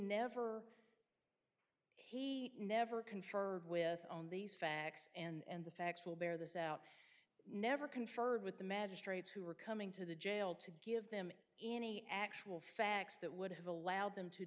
never he never conferred with on these facts and the facts will bear this out never conferred with the magistrates who were coming to the jail to give them any actual facts that would have allowed them to